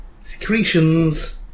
Secretions